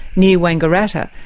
near wangaratta,